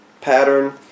pattern